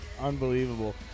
unbelievable